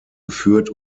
geführt